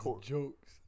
jokes